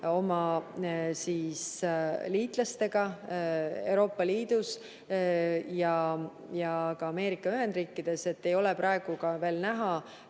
oma liitlastega Euroopa Liidus ja ka Ameerika Ühendriikides, siis ei ole praegu veel näha